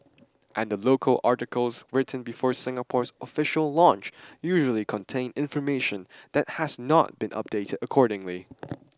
and the local articles written before Singapore's official launch usually contain information that has not been updated accordingly